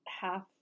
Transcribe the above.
half